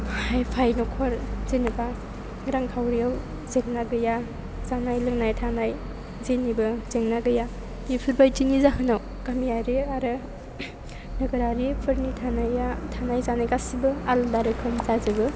high फाइ न'खर जेनेबा रांखाउरियाव जोबनो गैया जानाय लोंनाय थानाय जेंनिबो जेंना गैया बेफोरबायदिनि जाहोनाव गामियारि आरो नोगोरारिफोरनि थानाया थानाय जानाय गासैबो आलादा रोखोम जाजोबो